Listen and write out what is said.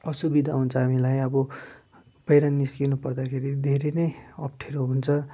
असुविधा हुन्छ हामीलाई अब बाहिर निस्किनु पर्दाखेरि धेरै नै अप्ठ्यारो हुन्छ